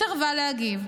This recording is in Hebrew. סירבה להגיב.